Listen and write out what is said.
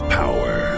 power